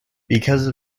because